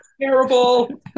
terrible